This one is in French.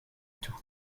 tout